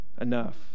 enough